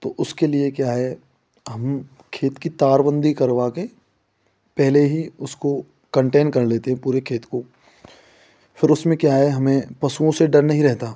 तो उसके लिए क्या है हम खेत की तारबंदी करवा कर पहले ही उसको कन्टेन कर लेते हैं पूरे खेत को फिर उसमें क्या है हमें पसुओं से डर नहीं रहता